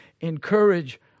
Encourage